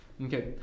Okay